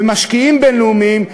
ומשקיעים בין-לאומיים,